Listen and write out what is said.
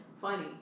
funny